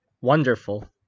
wonderful